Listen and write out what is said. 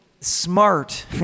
smart